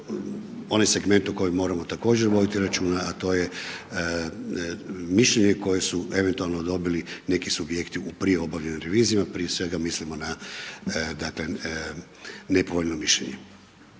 onom segmentu o kojem moramo također voditi računa a to je mišljenje koje su eventualno dobili neki subjekti u prije obavljenim revizijama prije svega mislimo na dakle nepovoljno mišljenje.